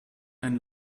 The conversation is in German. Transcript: ein